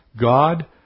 God